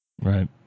right